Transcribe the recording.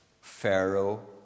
Pharaoh